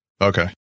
Okay